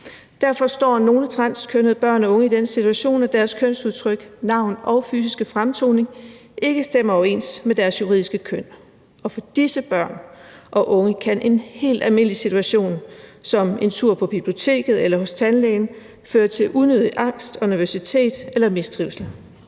Derfor står nogle transkønnede børn og unge i den situation, at deres kønsudtryk, navn og fysiske fremtoning ikke stemmer overens med deres juridiske køn. For disse børn og unge kan en helt almindelig situation som en tur på biblioteket eller hos tandlægen føre til unødig angst og nervøsitet eller mistrivsel.